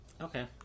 Okay